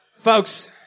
Folks